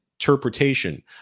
interpretation